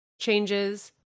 changes